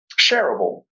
shareable